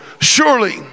surely